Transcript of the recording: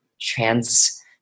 trans